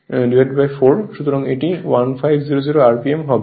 সুতরাং এটি 1500 RMP হবে